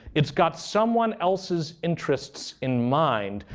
it's got someone else's interests in mind.